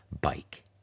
bike